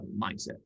mindset